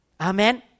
Amen